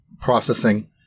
processing